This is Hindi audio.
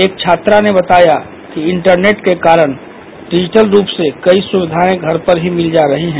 एक छात्रा ने बताया कि इंटरनेट के कारण डिजिटल रुप से कई सुविधाएं घर पर ही मिल जा रही हैं